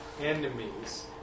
enemies